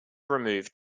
removed